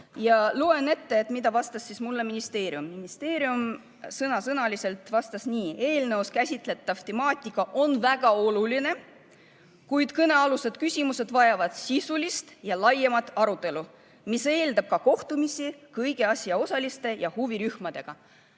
Loen ette, mida vastas mulle ministeerium. Ministeerium vastas sõna-sõnalt nii: "Eelnõus käsitletav temaatika on väga oluline, kuid kõnealused küsimused vajavad sisulist ja laiemat arutelu, mis eeldab ka kohtumisi kõigi asjaosaliste ja huvirühmadega."